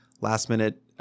last-minute